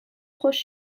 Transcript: خوش